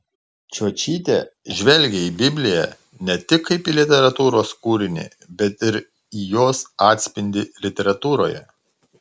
čiočytė žvelgia į bibliją ne tik kaip į literatūros kūrinį bet ir į jos atspindį literatūroje